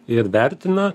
ir vertina